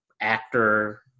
actor